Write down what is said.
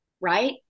right